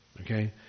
okay